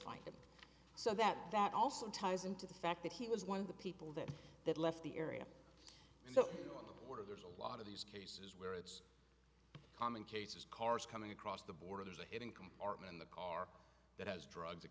him so that that also ties into the fact that he was one of the people that that left the area so a lot of there's a lot of these cases where it's common cases cars coming across the border there's a hidden compartment in the car that has drugs it